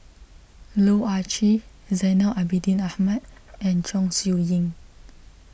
Loh Ah Chee Zainal Abidin Ahmad and Chong Siew Ying